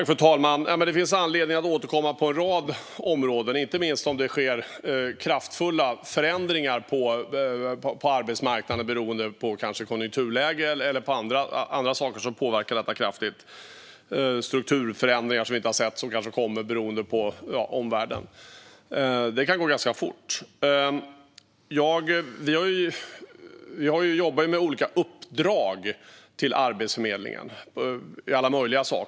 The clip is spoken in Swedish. Fru talman! Det finns anledning att återkomma på en rad områden, inte minst om det sker kraftiga förändringar på arbetsmarknaden beroende på till exempel konjunkturläge eller kommande strukturförändringar på grund av omvärlden, som kan gå ganska fort. Vi jobbar med olika uppdrag till Arbetsförmedlingen.